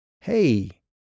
Hey